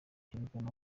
cerekana